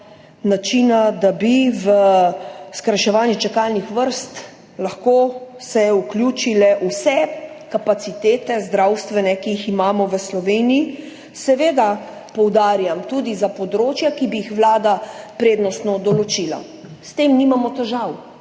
načina, da bi se v skrajševanje čakalnih vrst lahko vključile vse zdravstvene kapacitete, ki jih imamo v Sloveniji, poudarjam, tudi za področja, ki bi jih Vlada prednostno določila. S tem nimamo težav.